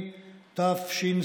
ואלה הם